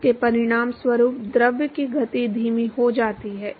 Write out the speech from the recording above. इसके परिणामस्वरूप द्रव की गति धीमी हो जाती है